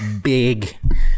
big